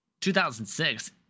2006